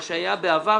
מה שהיה בעבר,